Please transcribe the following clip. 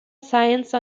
science